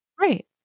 Right